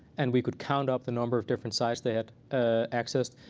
and we could count up the number of different sites they had ah accessed.